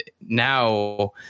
now